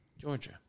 Georgia